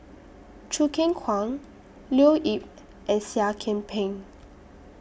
Choo Keng Kwang Leo Yip and Seah Kian Peng